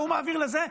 וההוא מעביר לזה.